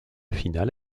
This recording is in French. finale